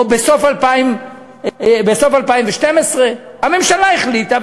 או בסוף 2012. הממשלה החליטה,